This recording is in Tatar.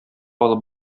алып